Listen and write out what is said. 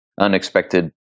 Unexpected